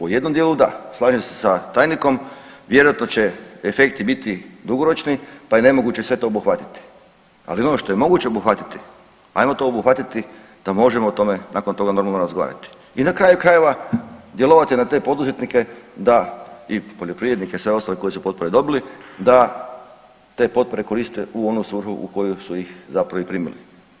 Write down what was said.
U jednom dijelu da, slažem se sa tajnikom, vjerojatno će efekti biti dugoročni pa je nemoguće sve to obuhvatiti, ali ono što je moguće obuhvatiti, ajmo to obuhvatiti da možemo o tome nakon toga normalno razgovarati i na kraju krajeva djelovati na te poduzetnike da i poljoprivrednike sve ostale koji su potpore dobili da te potpore koriste u odnosu u koji su ih zapravo i primili.